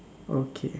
okay